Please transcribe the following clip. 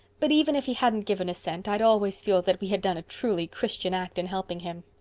but even if he hadn't given a cent i'd always feel that we had done a truly christian act in helping him.